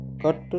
cut